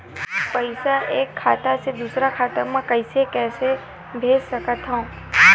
पईसा एक खाता से दुसर खाता मा कइसे कैसे भेज सकथव?